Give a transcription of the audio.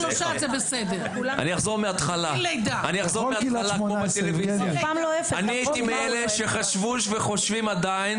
אחזור מהתחלה: אני הייתי מאלה שחשבו וחושבים עדיין